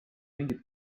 mingi